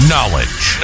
Knowledge